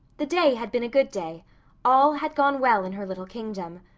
the day had been a good day all had gone well in her little kingdom.